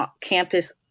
campus